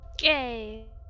Yay